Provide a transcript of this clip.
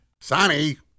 Sonny